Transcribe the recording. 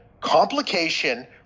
complication